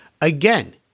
Again